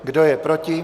Kdo je proti?